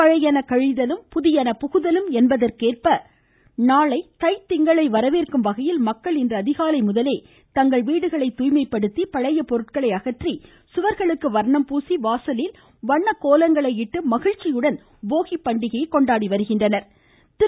பழையன கழிதலும் புதியன புகுதலும் என்பதற்கேற்ப நாளை தைப்பொங்கலை வரவேற்கும் வகையில் மக்கள் இன்று அதிகாலை முதலே தங்கள் வீடுகளை தூய்மைப்படுத்தி பழைய பொருட்களை அகற்றி சுவர்களுக்கு வர்ணம் பூசி வாசலில் வண்ணக் கோலங்களை இட்டு மகிழ்ச்சியுடன் போகிப் பண்டிகையை கொண்டாடி வருகின்றனர்